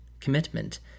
commitment